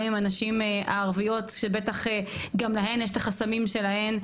עם הנשים הערביות שבטח גם להן יש את החסמים שלהן,